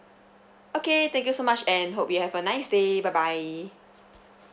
okay thank you so much and hope you have a nice day bye bye